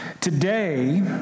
Today